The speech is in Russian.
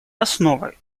основой